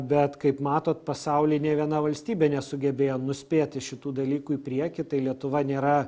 bet kaip matot pasauly nė viena valstybė nesugebėjo nuspėti šitų dalykų į priekį tai lietuva nėra